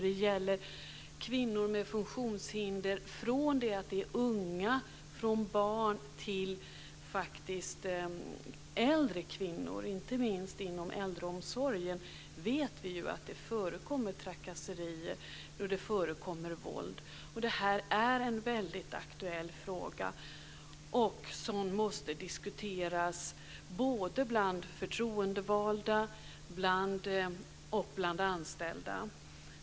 Det gäller kvinnor med funktionshinder, från väldigt unga kvinnor och barn till äldre kvinnor, inte minst inom äldreomsorgen där vi vet att det förekommer trakasserier och våld. Detta är en väldigt aktuell fråga som måste diskuteras både bland förtroendevalda och bland anställda.